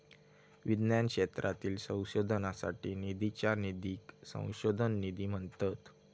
विज्ञान क्षेत्रातील संशोधनासाठी निधीच्या निधीक संशोधन निधी म्हणतत